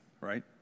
right